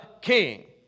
king